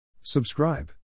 Subscribe